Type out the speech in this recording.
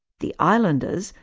the islanders,